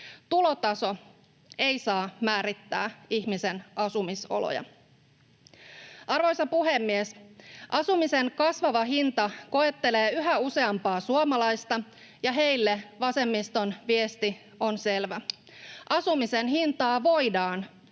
Tulotaso ei saa määrittää ihmisen asumis-oloja. Arvoisa puhemies! Asumisen kasvava hinta koettelee yhä useampaa suomalaista, ja heille vasemmiston viesti on selvä: asumisen hintaa voidaan